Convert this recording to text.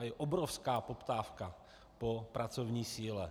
Je obrovská poptávka po pracovní síle.